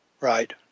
Right